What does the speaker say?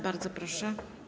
Bardzo proszę.